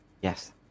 Yes